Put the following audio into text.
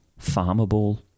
farmable